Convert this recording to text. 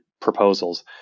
proposals